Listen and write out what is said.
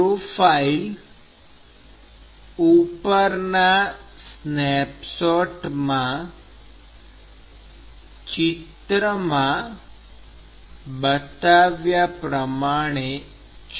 profile ઉપરના સ્નેપશોટમાં ચિત્રમાં બતાવ્યા પ્રમાણે છે